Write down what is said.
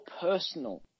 personal